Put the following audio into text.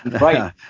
Right